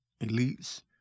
elites